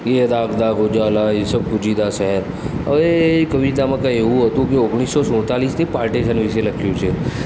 યે દાગ દાગ ઉજાલા યે સબગજીદા સહર હવે એ કવિતામાં કંઇ એવું હતું કે ઓગણીસસો સુડતાળીસથી પાર્ટિશન વિશે લખ્યું છે